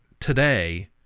today